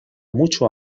mucho